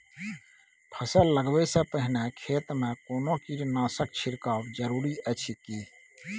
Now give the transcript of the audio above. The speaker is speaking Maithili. फसल लगबै से पहिने खेत मे कोनो कीटनासक छिरकाव जरूरी अछि की?